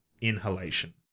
inhalation